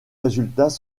résultats